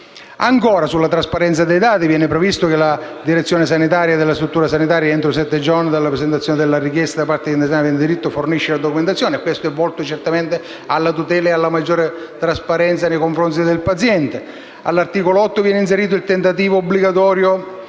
Sulla trasparenza dei dati viene previsto che la direzione sanitaria della struttura sanitaria, entro sette giorni dalla presentazione della richiesta da parte degli interessati aventi diritto, fornisca la documentazione. Questo è volto certamente alla tutela e alla maggiore trasparenza nei confronti del paziente. All'articolo 8 viene inserito il tentativo obbligatorio